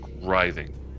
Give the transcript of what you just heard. writhing